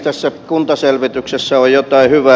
tässä kuntaselvityksessä on jotain hyvää